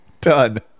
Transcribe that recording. done